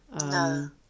No